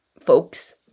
Folks